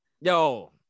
Yo